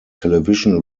television